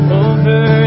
over